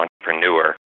entrepreneur